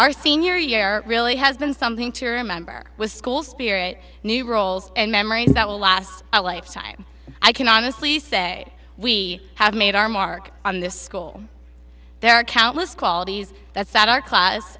our senior year really has been something to remember with school spirit new roles and memories that will last a lifetime i can honestly say we have made our mark on this school there are countless qualities that sat our class